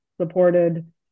supported